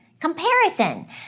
comparison